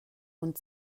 und